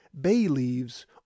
bay-leaves